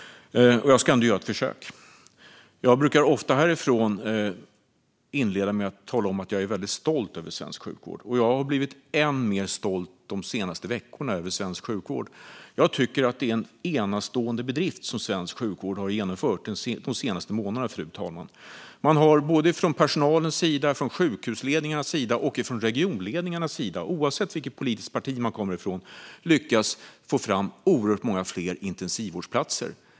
Jag ska göra ett försök. Jag brukar ofta inleda med att tala om att jag är väldigt stolt över svensk sjukvård, och jag har blivit ännu mer stolt över den de senaste veckorna. Jag tycker att det är en enastående bedrift som svensk sjukvård har genomfört de senaste månaderna. Man har från personalens sida, från sjukhusledningarnas sida och från regionledningarnas sida - oavsett vilket politiskt parti man kommer från - lyckats få fram oerhört många fler intensivvårdsplatser.